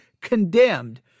condemned